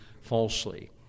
falsely